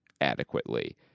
adequately